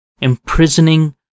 imprisoning